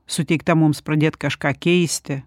suteikta mums pradėt kažką keisti